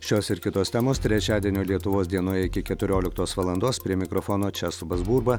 šios ir kitos temos trečiadienio lietuvos dienoje iki keturioliktos valandos prie mikrofono česlovas burba